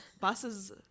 buses